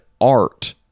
art